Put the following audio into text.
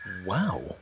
Wow